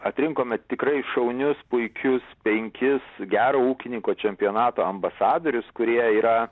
atrinkome tikrai šaunius puikius penkis gero ūkininko čempionato ambasadorius kurie yra